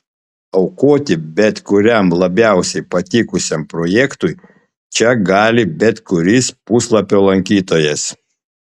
aukoti bet kuriam labiausiai patikusiam projektui čia gali bet kuris puslapio lankytojas